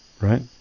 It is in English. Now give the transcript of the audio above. right